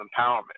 empowerment